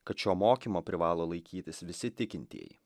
kad šio mokymo privalo laikytis visi tikintieji